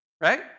right